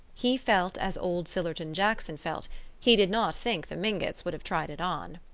he felt as old sillerton jackson felt he did not think the mingotts would have tried it on!